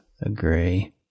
agree